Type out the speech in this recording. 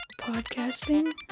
podcasting